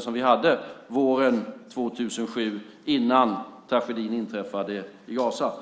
som vi hade våren 2007 innan tragedin inträffade i Gaza.